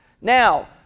Now